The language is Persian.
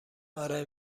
آره